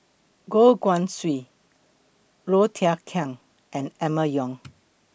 Goh Guan Siew Low Thia Khiang and Emma Yong